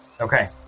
Okay